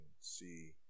see